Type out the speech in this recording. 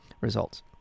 results